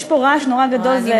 יש פה רעש נורא גדול.